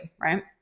right